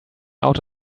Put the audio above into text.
out